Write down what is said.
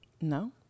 No